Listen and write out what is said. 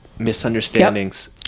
Misunderstandings